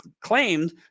claimed